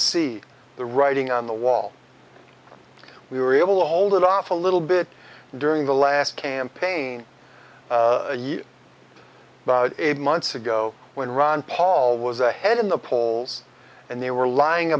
see the writing on the wall we were able to hold it off a little bit during the last campaign year eight months ago when ron paul was ahead in the polls and they were lying